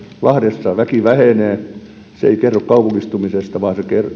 lahdessa väki vähenee se ei kerro kaupungistumisesta vaan se